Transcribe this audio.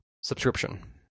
Subscription